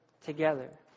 together